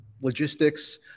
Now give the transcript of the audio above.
logistics